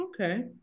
Okay